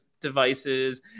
devices